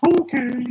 okay